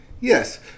Yes